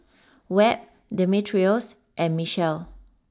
Webb Demetrios and Mechelle